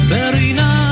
Berina